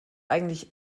eigentlich